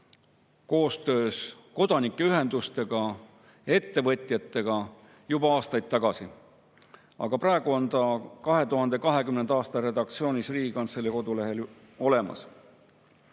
koostöös kodanikuühenduste ja ettevõtjatega juba aastaid tagasi. Aga praegu on ta 2020. aasta redaktsioonis Riigikantselei kodulehel olemas.